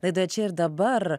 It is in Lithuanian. laidoje čia ir dabar